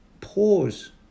pause